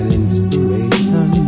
inspiration